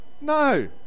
No